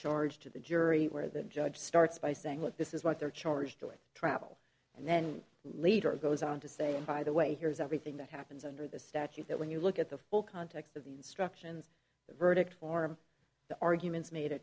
charge to the jury where the judge starts by saying look this is what they're charged with travel and then later goes on to say by the way here is everything that happens under the statute that when you look at the full context of the instruction the verdict form the arguments made a